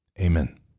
Amen